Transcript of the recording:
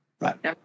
Right